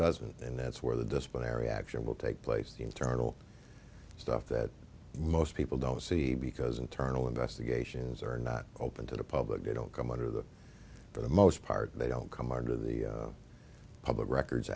doesn't and that's where the disciplinary action will take place the internal stuff that most people don't see because internal investigations are not open to the public don't come under the for the most part they don't come out of the public records